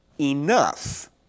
enough